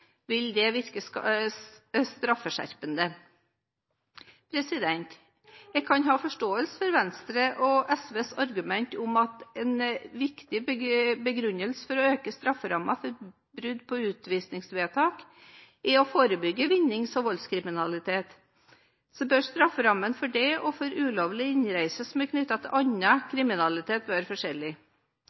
vil det virke straffeskjerpende. Jeg kan ha forståelse for Venstre og SVs argument om at når en viktig begrunnelse for å øke strafferammen for brudd på utvisningsvedtak er å forebygge vinnings- og voldskriminalitet, bør strafferammene for det og for ulovlig innreise som er knyttet til annen kriminalitet,